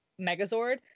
Megazord